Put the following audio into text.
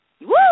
Woo